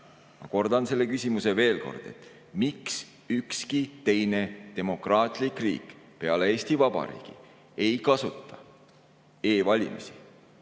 Ma kordan seda küsimust veel: miks ükski teine demokraatlik riik peale Eesti Vabariigi ei kasuta e‑valimisi